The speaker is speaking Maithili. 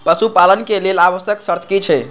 पशु पालन के लेल आवश्यक शर्त की की छै?